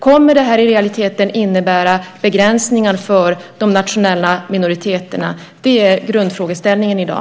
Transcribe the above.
Kommer det i realiteten att innebära begränsningar för de nationella minoriteterna? Det är grundfrågeställningen i dag.